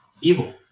Evil